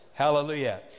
hallelujah